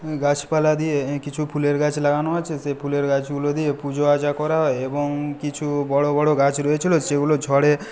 গাছপালা দিয়ে কিছু ফুলের গাছ লাগানো আছে সেই ফুলের গাছগুলো দিয়ে পুজোআর্চা করা হয় এবং কিছু বড়ো বড়ো গাছ রয়েছিল সেগুলো ঝড়ে